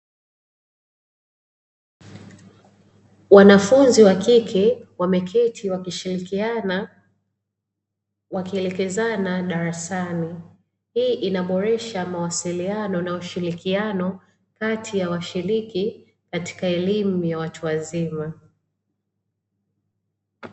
Wanafunzi wa kike wameketi wakishirikiana, wakielekezana darasani. Hii inaboresha mawasiliano na ushirikiano kati ya washiriki katika elimu ya watu wazima.